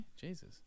Jesus